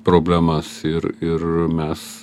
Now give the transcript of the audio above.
problemas ir ir mes